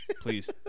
Please